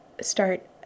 start